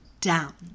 down